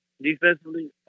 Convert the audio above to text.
defensively